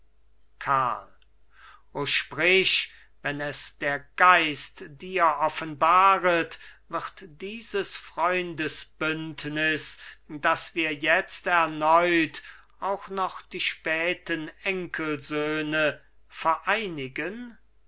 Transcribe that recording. o sprich wenn es der geist dir offenbaret wird dieses freundesbündnis das wir jetzt erneut auch noch die späten enkelsöhne vereinigen